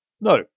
No